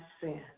sin